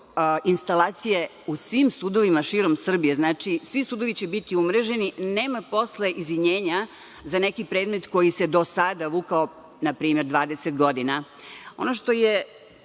elektroinstalacije u svim sudovima širom Srbije. Znači, svi sudovi će biti umreženi. Nema posle izvinjenja za neki predmet koji se do sada vukao npr. 20 godina. Ono što je